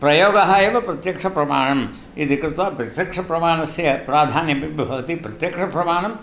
प्रयोगाः एव प्रत्यक्षप्रमाणम् इति कृत्वा प्रत्यक्षप्रमाणस्य प्राधान्यमपि भवति प्रत्यक्षप्रमाणम्